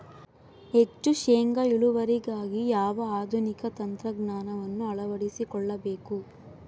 ಹೆಚ್ಚು ಶೇಂಗಾ ಇಳುವರಿಗಾಗಿ ಯಾವ ಆಧುನಿಕ ತಂತ್ರಜ್ಞಾನವನ್ನು ಅಳವಡಿಸಿಕೊಳ್ಳಬೇಕು?